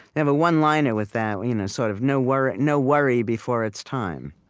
i have a one-liner with that you know sort of no worry no worry before its time.